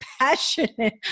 passionate